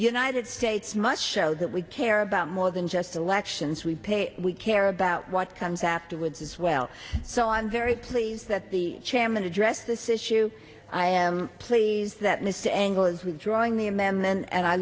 united states much show that we care about more than just elections we pay we care about what comes afterwards as well so i'm very pleased that the chairman addressed this issue i am pleased that mr angle is withdrawing the a man and i